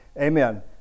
Amen